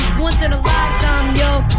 once in a lifetime, yo.